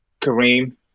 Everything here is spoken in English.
Kareem